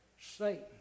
Satan